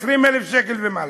20,000 שקל ומעלה.